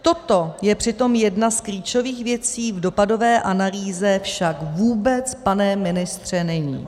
Toto je přitom jedna z klíčových věcí, v dopadové analýze však vůbec, pane ministře, není.